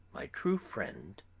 my true friend,